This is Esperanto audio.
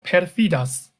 perfidas